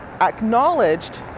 acknowledged